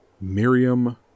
Miriam